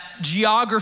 geography